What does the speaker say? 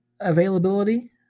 availability